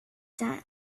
that